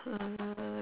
uh